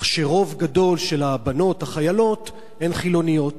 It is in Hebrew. כך שהרוב הגדול של הבנות החיילות הן חילוניות,